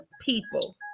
people